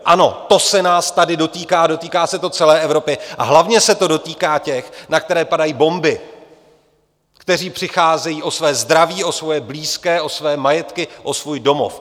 Ano, to se nás tady dotýká a dotýká se to celé Evropy a hlavně se to dotýká těch, na které padají bomby, kteří přicházejí o své zdraví, o svoje blízké, o své majetky, o svůj domov.